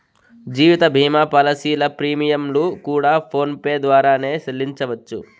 జీవిత భీమా పాలసీల ప్రీమియంలు కూడా ఫోన్ పే ద్వారానే సెల్లించవచ్చు